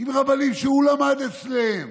עם רבנים שהוא למד אצלם.